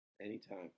Anytime